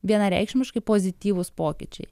vienareikšmiškai pozityvūs pokyčiai